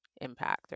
impact